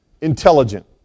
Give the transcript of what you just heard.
intelligent